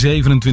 27